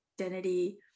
identity